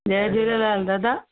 जय झूलेलाल दादा